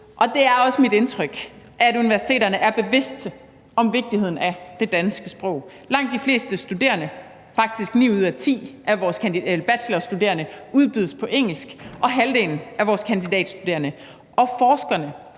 Det er også mit indtryk, at universiteterne er bevidste om vigtigheden af det danske sprog. Langt de fleste studerende, faktisk ni ud af ti af vores bachelorstuderende, undervises på dansk – og halvdelen af vores kandidatstuderende. Og forskerne,